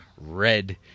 red